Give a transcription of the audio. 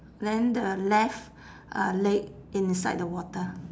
then the left uh leg inside the water